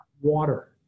water